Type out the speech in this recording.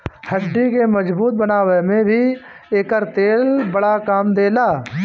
हड्डी के मजबूत बनावे में भी एकर तेल बड़ा काम देला